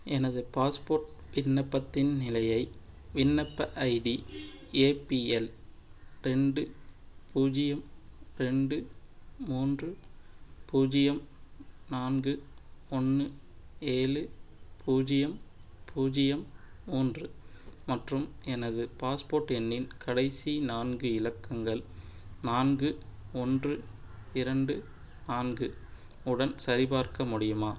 எனது பாஸ்போர்ட் விண்ணப்பத்தின் நிலையை விண்ணப்ப ஐடி ஏ பி எல் ரெண்டு பூஜ்ஜியம் ரெண்டு மூன்று பூஜ்ஜியம் நான்கு ஒன்று ஏழு பூஜ்ஜியம் பூஜ்ஜியம் மூன்று மற்றும் எனது பாஸ்போர்ட் எண்ணின் கடைசி நான்கு இலக்கங்கள் நான்கு ஒன்று இரண்டு நான்கு உடன் சரிபார்க்க முடியுமா